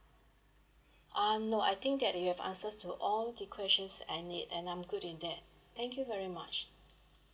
uh no I think that you've answers to all the questions and it and I'm good with that thank you very much